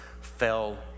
fell